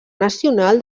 nacional